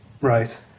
Right